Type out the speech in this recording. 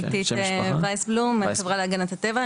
גיתית וייסבלום מהחברה להגנת הטבע,